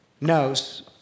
knows